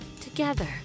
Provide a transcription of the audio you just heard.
together